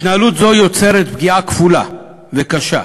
התנהלות זו יוצרת פגיעה כפולה וקשה,